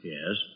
Yes